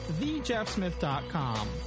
thejeffsmith.com